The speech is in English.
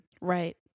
Right